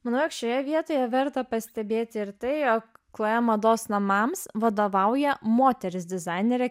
manau jog šioje vietoje verta pastebėti ir tai jog chloe mados namams vadovauja moteris dizainerė